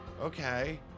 okay